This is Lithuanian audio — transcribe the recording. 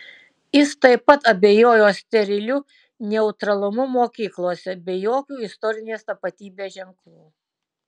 jis taip pat abejojo steriliu neutralumu mokyklose be jokių istorinės tapatybės ženklų